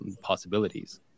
possibilities